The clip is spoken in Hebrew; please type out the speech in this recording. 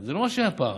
זה לא מה שהיה פעם.